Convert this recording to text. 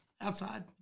outside